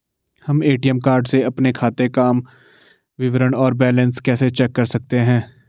हम ATM card से अपने खाते काम विवरण और बैलेंस कैसे चेक कर सकते हैं?